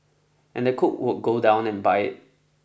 and the cook would go down and buy it